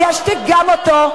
אני אשתיק גם אותו.